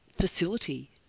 facility